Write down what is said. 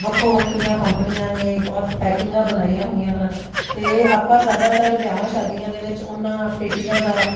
ਵੱਖੋ ਵੱਖਰੀਆਂ ਕੰਪਨੀਆਂ ਨੇ ਬਹੁਤ ਪੈਕਿੰਗਾਂ ਬਣਾਈਆਂ ਹੋਈਆਂ ਹਨ ਅਤੇ ਆਪਾਂ ਜ਼ਿਆਦਾਤਰ ਵਿਆਹਾਂ ਸ਼ਾਦੀਆਂ ਦੇ ਵਿੱਚ ਉਹਨਾਂ ਪੇਟੀਆਂ ਦਾ